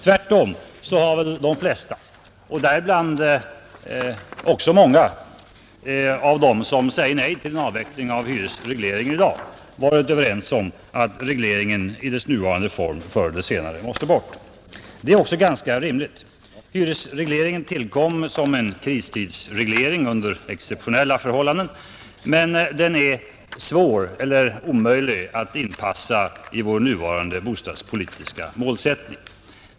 Tvärtom har de flesta, däribland också många av dem som säger nej till en avveckling av hyresregleringen i dag, varit överens om att regleringen i dess nuvarande form förr eller senare måste bort. Det är också ganska rimligt. Hyresregleringen tillkom som en kristidsreglering under exceptionella förhållanden, och den är svår att inpassa i vår nuvarande bostadspolitiska målsättning.